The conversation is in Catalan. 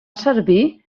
servir